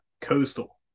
Coastal